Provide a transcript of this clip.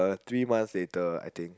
three months later I think